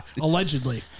Allegedly